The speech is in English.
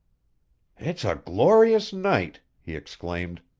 it's a glorious night! he exclaimed.